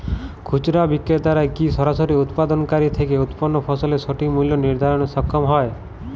খুচরা বিক্রেতারা কী সরাসরি উৎপাদনকারী থেকে উৎপন্ন ফসলের সঠিক মূল্য নির্ধারণে সক্ষম হয়?